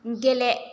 गेले